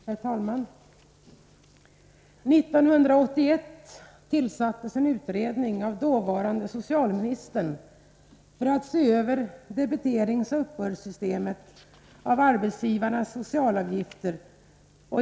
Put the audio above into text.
Herr talman! År 1981 tillsattes av dåvarande socialministern en utredning med uppgift att se över systemet för debitering och uppbörd av arbetsgivarnas socialavgifter.